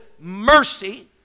mercy